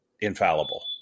infallible